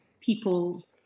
people